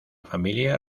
familia